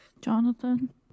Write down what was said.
Jonathan